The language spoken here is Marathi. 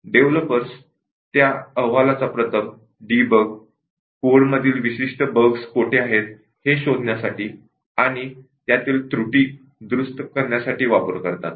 डेव्हलपर्स त्या टेस्टिंग अहवालाचा वापर प्रथम डीबग कोडमधील विशिष्ट बग्स कोठे आहेत हे शोधण्यासाठी किंवा त्यातील त्रुटी दुरुस्त करण्यासाठी करतात